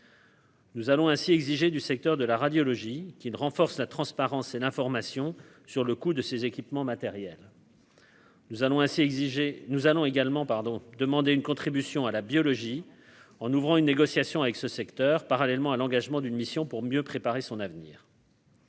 Nous allons ainsi exiger du secteur de la radiologie qui renforce la transparence et l'information sur le coût de ces équipements matériels. Nous allons ainsi exigé, nous allons également pardon demandé une contribution à la biologie, en ouvrant une négociation avec ce secteur parallèlement à l'engagement d'une mission pour mieux préparer son avenir.